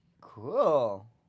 Cool